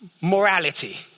morality